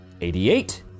88